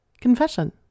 confession